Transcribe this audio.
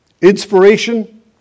Inspiration